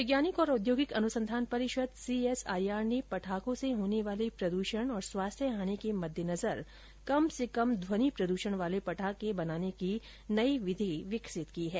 वैज्ञानिक और औद्योगिक अनुसंधान परिषद सीएसआईआर ने पटाखों से होने वाले प्रदूषण और स्वास्थ्य हानि के मद्देनजर कम से कम ध्वनि प्रद्रषण वाले पटाखे बनाने की एक नई विधि विकसित की है